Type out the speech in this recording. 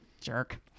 jerk